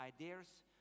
ideas